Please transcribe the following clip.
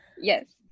yes